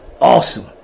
Awesome